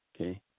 okay